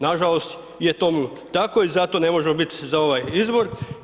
Nažalost, je tomu tako i zato ne možemo biti za ovaj izbor.